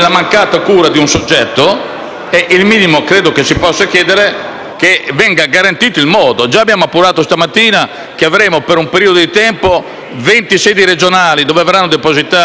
che venga garantito il modo. Già abbiamo appurato questa mattina che avremo per un periodo di tempo venti sedi regionali dove potranno essere depositate queste disposizioni, più una sede nazionale che è